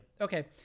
Okay